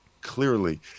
clearly